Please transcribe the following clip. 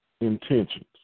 intentions